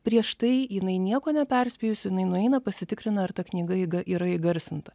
prieš tai jinai nieko neperspėjus jinai nueina pasitikrina ar ta knyga įga yra įgarsinta